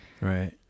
right